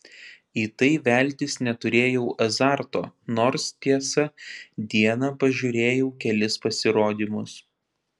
į tai veltis neturėjau azarto nors tiesa dieną pažiūrėjau kelis pasirodymus